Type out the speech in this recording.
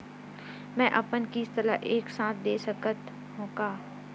मै अपन किस्त ल एक साथ दे सकत हु का?